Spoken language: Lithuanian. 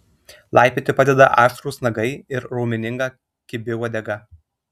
laipioti padeda aštrūs nagai ir raumeninga kibi uodega